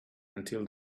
until